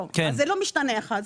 זה לא משתנה אחד.